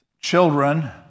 children